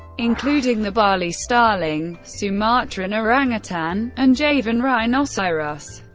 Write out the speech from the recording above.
including the bali starling, sumatran orangutan, and javan rhinoceros.